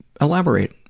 Elaborate